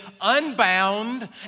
unbound